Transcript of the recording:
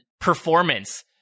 performance